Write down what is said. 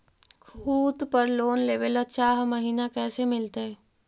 खूत पर लोन लेबे ल चाह महिना कैसे मिलतै?